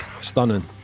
stunning